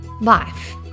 Life